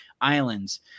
islands